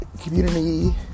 community